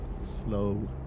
slow